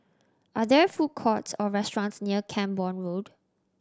are there food courts or restaurants near Camborne Road